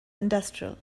industrial